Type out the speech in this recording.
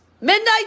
Midnight